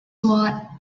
watt